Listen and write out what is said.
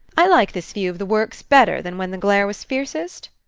i like this view of the works better than when the glare was fiercest?